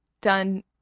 done